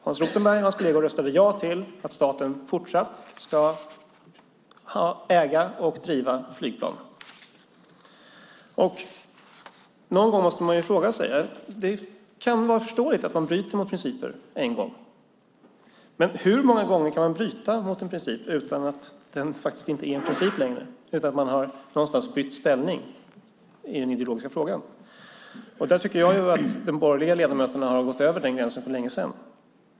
Hans Rothenberg och hans kolleger röstade ja till att staten fortsatt ska äga och driva flygplan. Någon gång måste man fråga sig: Det kan vara förståeligt att man bryter mot en princip en gång, men hur många gånger kan man bryta mot en princip utan att den upphör att vara en princip? Jag tycker att de borgerliga ledamöterna har gått över den gränsen för länge sedan.